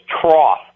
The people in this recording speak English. trough